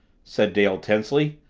said dale tensely.